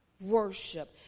worship